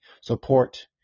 support